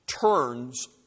turns